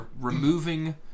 removing